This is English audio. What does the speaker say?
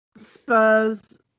Spurs